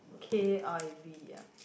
k_i_v ah